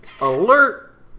alert